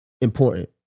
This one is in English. important